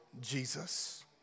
Jesus